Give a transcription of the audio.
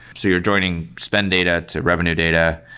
so you're joining spend data to revenue data.